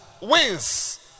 wins